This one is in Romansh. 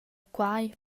que